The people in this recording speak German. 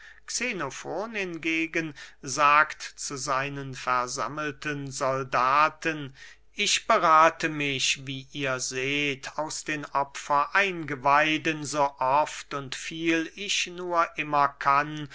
xenofon hingegen sagt zu seinen versammelten soldaten ich berathe mich wie ihr seht aus den opfereingeweiden so oft und viel ich nur immer kann